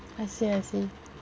I see I see